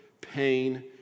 pain